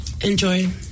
enjoy